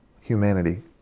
humanity